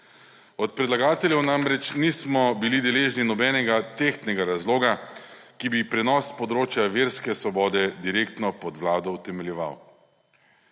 Od predlagateljev namreč nismo bili deležni nobenega tehtnega razloga, ki bi prenos področja verske svobode direktno pod vlado utemeljeval.